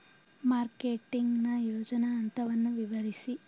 Marketing ನ ಯೋಜನಾ ಹಂತವನ್ನು ವಿವರಿಸಿ?